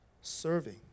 serving